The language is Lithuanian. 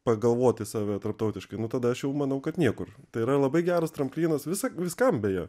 pagalvot į save tarptautiškai nu tada aš jau manau kad niekur tai yra labai geras tramplynas visa viskam beje